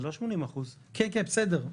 זה לא 80%. בסדר.